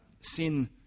sin